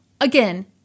again